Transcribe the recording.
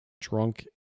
drunk